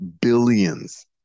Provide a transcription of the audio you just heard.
billions